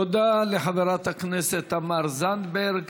תודה לחברת הכנסת תמר זנדברג.